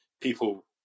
People